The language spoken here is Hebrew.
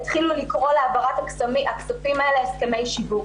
התחילו לקרוא להעברת הכספים האלה הסכמי שיווק,